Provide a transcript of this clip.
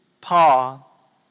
Paul